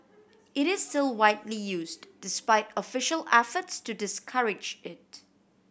it is still widely used despite official efforts to discourage it